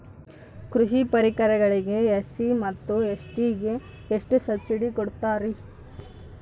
ಕೃಷಿ ಪರಿಕರಗಳಿಗೆ ಎಸ್.ಸಿ ಮತ್ತು ಎಸ್.ಟಿ ಗೆ ಎಷ್ಟು ಸಬ್ಸಿಡಿ ಕೊಡುತ್ತಾರ್ರಿ?